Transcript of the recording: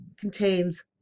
contains